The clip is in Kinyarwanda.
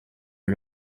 iri